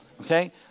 Okay